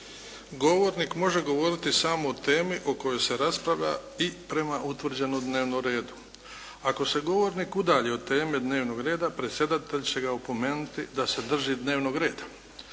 Govornik može govoriti samo o temi o kojoj se raspravlja i prema utvrđenom dnevnom redu. Ako se govornik udalji od teme dnevnog reda predsjedatelj će ga opomenuti da se drži dnevnog reda.